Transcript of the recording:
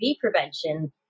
prevention